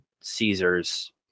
Caesar's